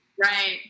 Right